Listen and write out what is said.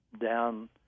down